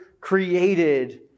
created